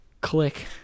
Click